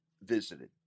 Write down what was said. visited